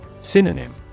Synonym